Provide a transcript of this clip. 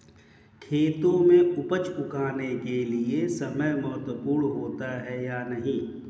खेतों में उपज उगाने के लिये समय महत्वपूर्ण होता है या नहीं?